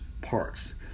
parts